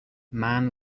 man